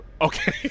Okay